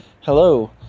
hello